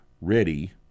ready